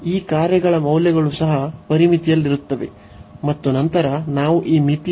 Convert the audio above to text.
ಈ ಕಾರ್ಯಗಳ ಮೌಲ್ಯಗಳು ಸಹ ಪರಿಮಿತಿಯಲ್ಲಿರುತ್ತವೆ ಮತ್ತು ನಂತರ ನಾವು ಈ ಮಿತಿಯನ್ನು